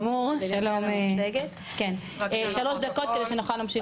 שלוש דקות, כדי שנוכל להמשיך.